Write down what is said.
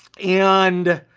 and